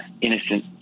innocent